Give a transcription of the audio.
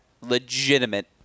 legitimate